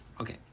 Okay